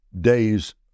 days